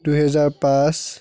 দুহেজাৰ পাঁচ